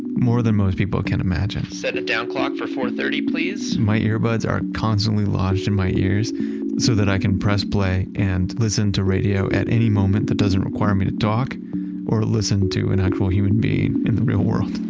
more than most people can imagine set a down clock for four thirty, please. my earbuds are constantly lodged in my ears so that i can press play and listen to radio at any moment that doesn't require me to talk or listen to an actual human being in the real world.